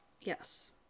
Yes